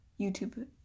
YouTube